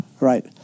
Right